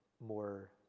more